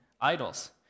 idols